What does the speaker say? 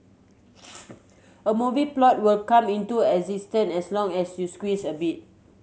a movie plot will come into existence as long as you squeeze a bit